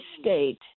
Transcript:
state